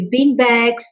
beanbags